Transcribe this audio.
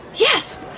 Yes